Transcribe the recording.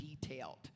detailed